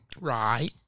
Right